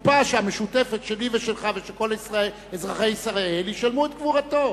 הקופה המשותפת שלי ושלך ושל כל אזרחי ישראל תשלם את קבורתו?